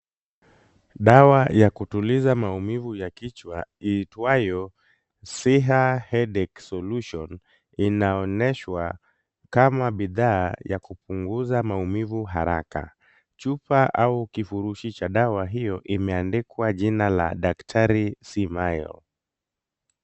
Dawa ya kutuliza maumivu ya kichwa iitwayo Siha headache solution , inaonyeshwa kama bidhaa ya kupunguza maumivu haraka. Chupa au kifurushi cha dawa hiyo imeandikwa jina la daktari Asmail.